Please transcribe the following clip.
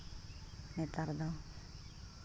ᱱᱮᱛᱟᱨ ᱫᱚ